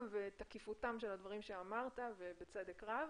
ותקיפותם של הדברים שאמרת ובצדק רב.